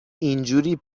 اینجوری